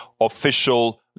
official